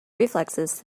reflexes